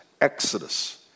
Exodus